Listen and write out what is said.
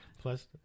plus